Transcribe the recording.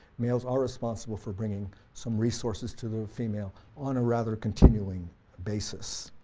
males are responsible for bringing some resources to the female on a rather continuing basis.